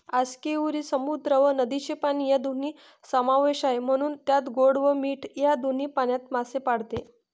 आस्कियुरी समुद्र व नदीचे पाणी या दोन्ही समावेश आहे, म्हणून त्यात गोड व मीठ या दोन्ही पाण्यात मासे पाळते